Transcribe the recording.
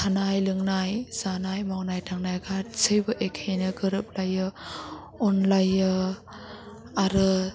थानाय लोंनाय जानाय मावनाय दांनाय गासिबो एखेयैनो गोरोबलायो अनलायो आरो